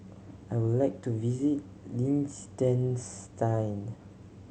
I would like to visit Liechtenstein